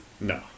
No